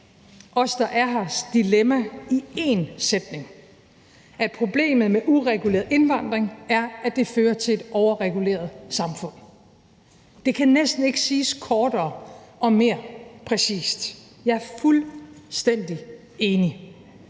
os, der er her, i én sætning, nemlig at problemet med ureguleret indvandring er, at det fører til et overreguleret samfund. Det kan næsten ikke siges kortere og mere præcist. Jeg er fuldstændig enig.